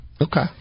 Okay